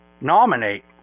nominate